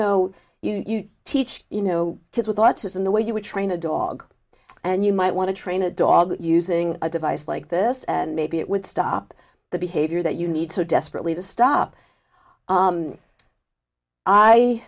know you teach you know kids with autism the way you would train a dog and you might want to train a dog using a device like this and maybe it would stop the behavior that you need so desperately to stop